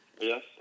Yes